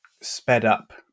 sped-up